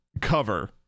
cover